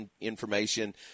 information